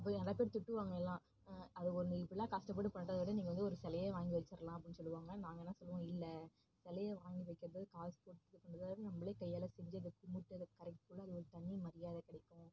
நிறைய பேர் திட்டுவாங்க எல்லாம் அது இப்புடிலான் கஷ்டப்பட்டு பண்ணுறத விட நீங்கள் வந்து ஒரு சிலையே வாங்கி வச்சுர்லான் அப்படின்னு சொல்லுவாங்க நாங்கள் என்ன சொல்லுவோம் இல்லை சிலைய வாங்கி வைக்கிறதோடய காசு கொடுத்து பண்ணுறதோட நம்மலே கையால் செஞ்சு அதை கும்பிட்டு அதை கரைக்க குள்ளே அது தனி மரியாதை கிடைக்கும்